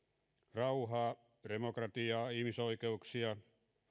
rauhaa demokratiaa ihmisoikeuksia